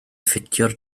ffitio